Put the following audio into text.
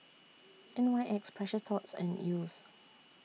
N Y X Precious Thots and Yeo's